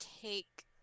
take